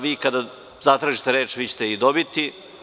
Vi kada zatražite reč, vi ćete je i dobiti.